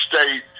state